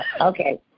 Okay